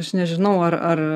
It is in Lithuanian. aš nežinau ar ar